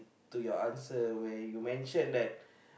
to your answer where you mention that